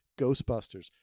Ghostbusters